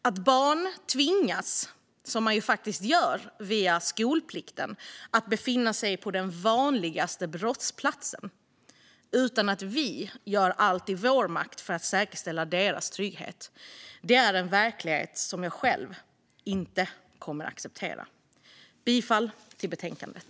Att barn tvingas - som man faktiskt gör, via skolplikten - att befinna sig på den vanligaste brottsplatsen utan att vi gör allt i vår makt för att säkerställa deras trygghet är en verklighet som jag inte kommer att acceptera. Jag yrkar bifall till förslagen i betänkandet.